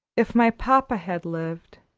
if my papa had lived,